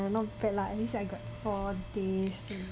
not bad lah at least I got four days